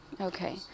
Okay